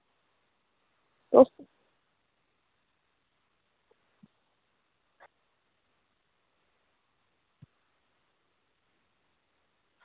तुस